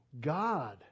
God